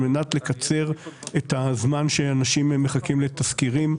על מנת לקצר את הזמן שאנשים מחכים לתזכירים.